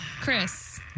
Chris